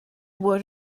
word